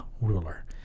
ruler